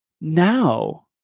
now